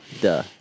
duh